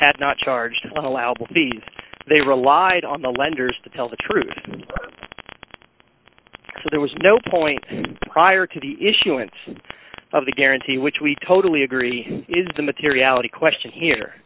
had not charged allowable b they relied on the lenders to tell the truth so there was no point prior to the issuance of the guarantee which we totally agree is the materiality question here